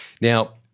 Now